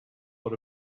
dans